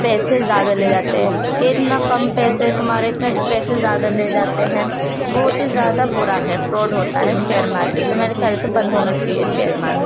پیسے زیادہ لے جاتے ہیں کہ اتنا کم پیسے ہیں تمہارے اتنے پیسے زیادہ لے جاتے ہیں بہت ہی زیادہ برا ہے فراڈ ہوتا ہے شیئر مارکیٹ میں میرے خیال سے بند ہونا چاہیے شیئر مارکیٹ